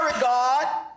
God